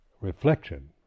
reflection